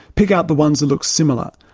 pick out the ones that look similar.